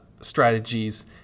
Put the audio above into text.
strategies